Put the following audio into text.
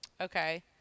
Okay